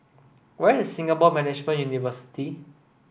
where is Singapore Management University